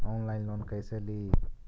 Online loan कैसे ली?